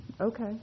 okay